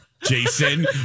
Jason